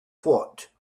what